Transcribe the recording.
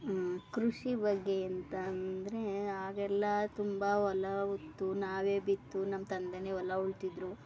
ಕೃಷಿ ಬಗ್ಗೆ ಎಂತ ಅಂದರೆ ಹಾಗೆಲ್ಲ ತುಂಬ ಹೊಲ ಉತ್ತು ನಾವೇ ಬಿತ್ತು ನಮ್ಮ ತಂದೇನೆ ಹೊಲ ಉಳ್ತಿದ್ರು